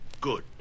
Good